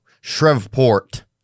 Shreveport